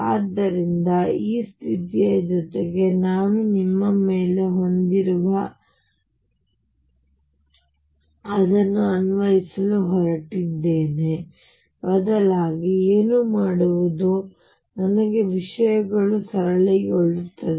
ಆದ್ದರಿಂದ ಈ ಸ್ಥಿತಿಯ ಜೊತೆಗೆ ನಾನು ನಿಮ್ಮ ಮೇಲೆ ಹೊಂದಿರುವ ಅದನ್ನು ಅನ್ವಯಿಸಲು ಹೊರಟಿದ್ದೇನೆ ಬದಲಾಗಿ ಏನು ಮಾಡುವುದು ನನಗೆ ವಿಷಯಗಳನ್ನು ಸರಳಗೊಳಿಸುತ್ತದೆ